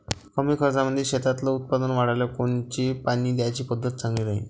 कमी खर्चामंदी शेतातलं उत्पादन वाढाले कोनची पानी द्याची पद्धत चांगली राहीन?